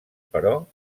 però